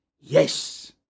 yes